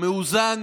מאוזן,